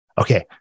Okay